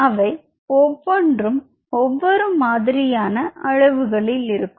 அவை ஒவ்வொன்றும் ஒவ்வொரு மாதிரியான அளவுகளில் இருக்கும்